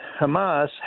Hamas